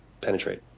penetrate